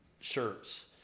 shirts